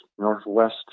northwest